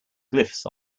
glyphs